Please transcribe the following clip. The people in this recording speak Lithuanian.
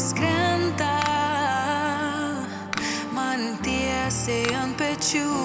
skrenda man tiesiai ant pečių